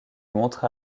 montre